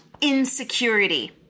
insecurity